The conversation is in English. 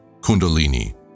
kundalini